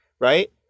right